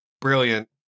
brilliant